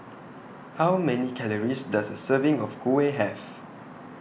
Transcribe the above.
How Many Calories Does A Serving of Kuih Have